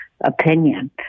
opinion